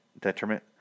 detriment